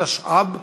התשע"ב 2012,